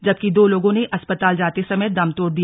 जबकि दो लोगों ने अस्पताल जाते समय दम तोड़ दिया